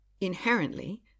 Inherently